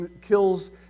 kills